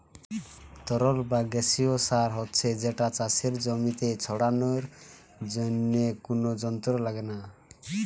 তরল বা গেসিও সার হচ্ছে যেটা চাষের জমিতে ছড়ানার জন্যে কুনো যন্ত্র লাগছে না